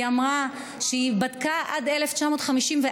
אמרה שהיא בדקה עד 1954,